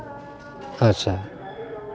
ᱟᱪᱪᱷᱟ